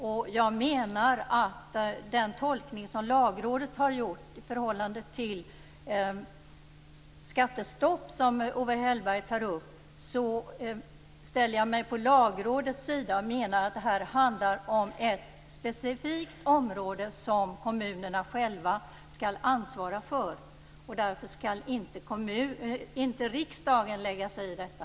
När det gäller den tolkning som Lagrådet har gjort av det skattestopp som Owe Hellberg tar upp så ställer jag mig på Lagrådets sida och menar att detta handlar om ett specifikt område som kommunerna själva skall ansvara för. Därför skall inte riksdagen lägga sig i detta.